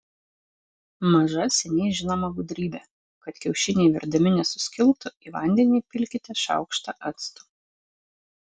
maža seniai žinoma gudrybė kad kiaušiniai virdami nesuskiltų į vandenį įpilkite šaukštą acto